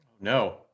No